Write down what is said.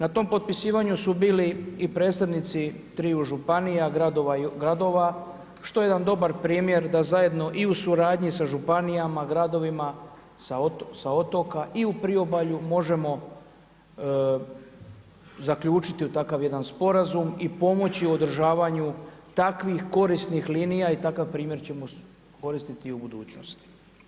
Na tom potpisivanju su bili i predstavnici triju županija, gradova, što je jedan dobar primjer da zajedno i u suradnji sa županijama, gradovima, sa otoka i u priobalju možemo zaključiti u takav jedan sporazum i pomoći u održavanju takvih korisnih linija i takav primjer ćemo koristiti i u budućnosti.